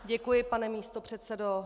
Děkuji, pane místopředsedo.